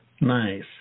nice